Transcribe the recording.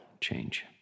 change